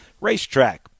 Racetrack